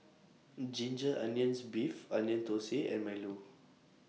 Ginger Onions Beef Onion Thosai and Milo